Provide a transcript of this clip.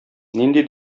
нинди